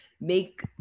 make